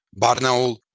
Barnaul